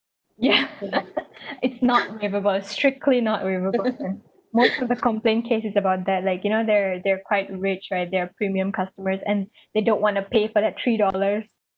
ya it's not waiverable strictly not waiverable most of the complaints case is about that like you know they're they're quite rich right they're premium customers and they don't want to pay for that three dollars